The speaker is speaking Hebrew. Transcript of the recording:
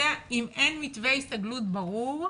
אם אין מתווה הסתגלות ברור,